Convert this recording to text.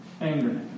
anger